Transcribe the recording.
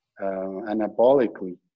anabolically